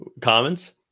Commons